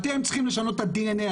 אתם צריכים לשנות את ה-DNA,